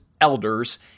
elders